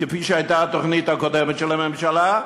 כפי שהייתה התוכנית הקודמת של הממשלה,